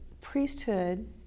priesthood